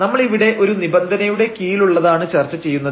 നമ്മൾ ഇവിടെ ഒരു നിബന്ധനയുടെ കീഴിലുള്ളതാണ് ചർച്ചചെയ്യുന്നത്